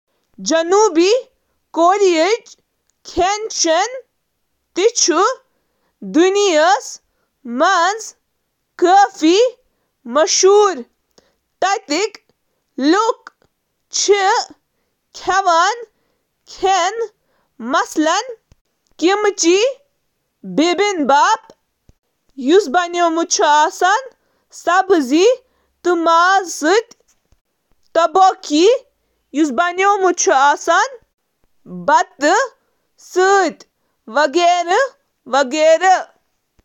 کوریٲیی ضِیافت چھِ زیادٕ تر توٚمُل، سبزی، سمندری غذا تہٕ ,کم از کم جنوبی کوریاہس منٛز, مازَس پٮ۪ٹھ مبنی۔ رٮ۪وٲیتی کوریٲیی غذاہس منٛز چھِ ڈیری واریاہس حدس تام غٲر حٲضِر۔